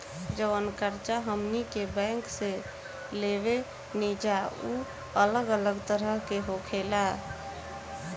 जवन कर्ज हमनी के बैंक से लेवे निजा उ अलग अलग तरह के होखेला